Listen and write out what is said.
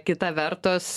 kita vertus